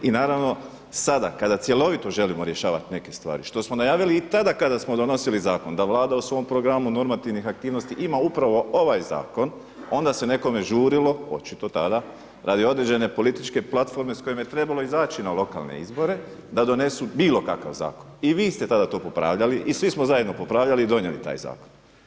I naravno sada kada cjelovito želimo rješavati neke stvari, što smo najavili i tada kada smo donosili zakon da Vlada u svom programu normativnih aktivnosti ima upravo ovaj zakon onda se nekome žurilo, očito tada, radi određene političke platforme s kojim je trebalo izaći na lokalne izbore da donesu bilo kakav zakon i vi ste tada to popravljali i svi smo zajedno popravljali i donijeli taj zakon.